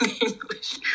English